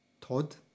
Todd